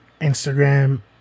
Instagram